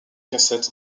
cassettes